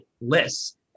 lists